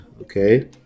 okay